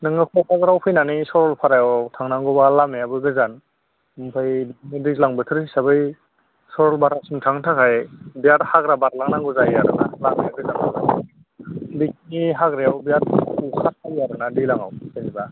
नोङो क'क्राझाराव फैनानै सरलपारायाव थांनांगौब्ला लामायाबो गोजान ओमफ्राय दैज्लां बोथोर हिसाबै सरलपारासिम थांनो थाखाय बिराथ हाग्रा बारलांनांगौ जायो आरो ना लामाया गोजान नालाय बिदि लामायाव बिराथ अखा हायो आरो ना दैज्लांआव